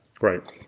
Right